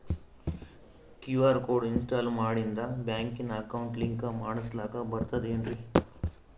QR code install ಮಾಡಿಂದ ಬ್ಯಾಂಕಿನ account link ಮಾಡಸ್ಲಾಕ ಬರ್ತದೇನ್ರಿ